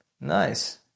Nice